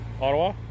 Ottawa